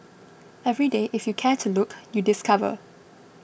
every day if you care to look you discover